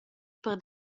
per